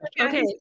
Okay